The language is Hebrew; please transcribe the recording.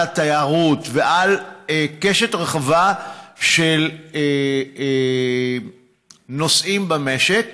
על התיירות ועל קשת רחבה של נושאים במשק.